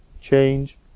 change